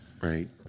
right